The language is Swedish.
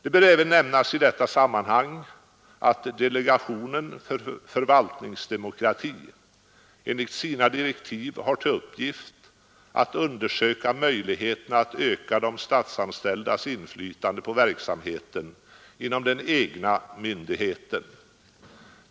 Det bör även nämnas i detta sammanhang att delegationen för förvaltningsdemokrati enligt sina direktiv har till uppgift att undersöka möjligheterna att öka de statsanställdas inflytande på verksamheten inom den egna myndigheten.